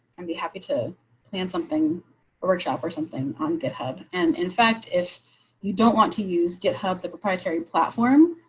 and be happy to plan something or workshop or something on github. and in fact, if you don't want to use github, the proprietary platform.